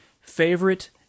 favorite